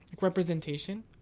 representation